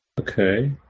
Okay